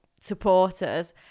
supporters